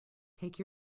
take